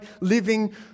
living